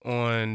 on